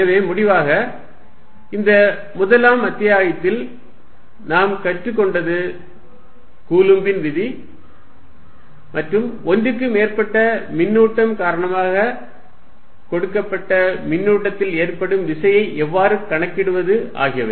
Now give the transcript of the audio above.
எனவே முடிவாக இந்த முதலாம் அத்தியாயத்தில் நாம் கற்றுக்கொண்டது கூலும்பின் விதி ஒன்றுக்கு மேற்பட்ட மின்னூட்டம் காரணமாக கொடுக்கப்பட்ட மின்னூட்டத்தில் ஏற்படும் விசையை எவ்வாறு கணக்கிடுவது ஆகியவை